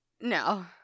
No